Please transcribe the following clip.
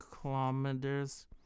Kilometers